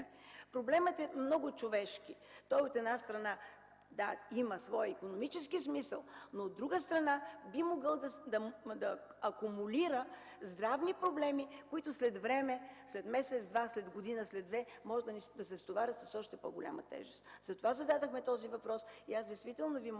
Проблемът е много човешки. Той от една страна има своя икономически смисъл, но от друга страна би могъл да акумулира здравни проблеми, които след време, след месец-два, след година, след две, може да се стоварят с още по-голяма тежест. Затова зададохме този въпрос. Искам, и действително Ви моля,